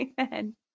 Amen